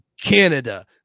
Canada